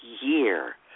year